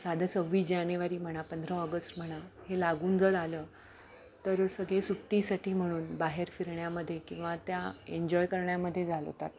साधं सव्वीस जानेवारी म्हणा पंधरा ऑगस्ट म्हणा हे लागून जर आलं तर सगळे सुट्टीसाठी म्हणून बाहेर फिरण्यामध्ये किंवा त्या एन्जॉय करण्यामध्ये घालवतात